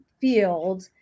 field